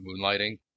Moonlighting